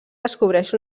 descobreix